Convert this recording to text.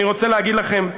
אני רוצה להגיד לכם,